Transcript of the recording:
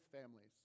families